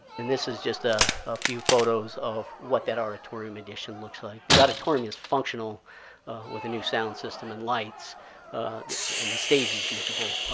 and this is just a few photos of what that auditorium addition looks like. the auditorium is functional with a new sound system and lights and the stage is usable.